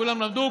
כולם למדו,